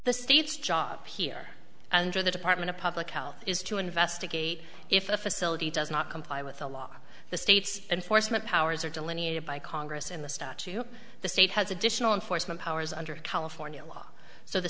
the state's job here under the department of public health is to investigate if a facility does not comply with the law the state's enforcement powers are delineated by congress in the statue the state has additional in foresman powers under california law so the